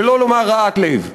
שלא לומר רעת לב.